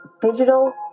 digital